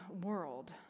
world